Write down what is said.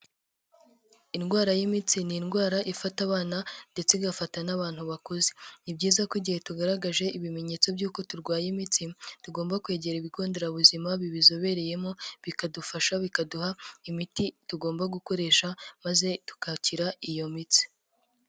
Indwara y'imitsi ni indwara ifata abana ndetse igafata n'abantu bakuze. Ni byiza ko igihe tugaragaje ibimenyetso by'uko turwaye imitsima tugomba kwegera ibigo nderabuzima bibizobereyemo bikadufasha bikaduha imiti tugomba gukoresha maze tugakira iyo mitsi.